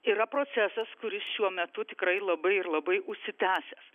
yra procesas kuris šiuo metu tikrai labai ir labai užsitęsęs